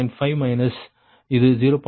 5 minus இது 0